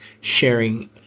sharing